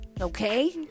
okay